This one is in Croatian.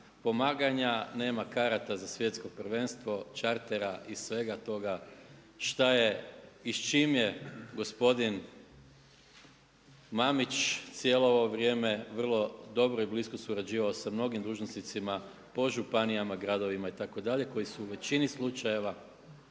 pomaganja, nema karata za svjetsko prvenstvo, čartera i svega toga šta je i s čime je gospodin Mamić cijelo ovo vrijeme vrlo dobro i blisko surađivao sa mnogim dužnosnicima po županijama, gradovima itd., koji su po većini slučajeva